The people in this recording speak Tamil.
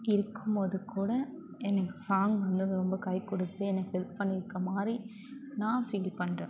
இருக்கும்போதுக்கூட எனக்கு சாங் வந்து ரொம்ப கைக்கொடுத்து எனக்கு ஹெல்ப் பண்ணியிருக்க மாதிரி நான் ஃபீல் பண்ணுறேன்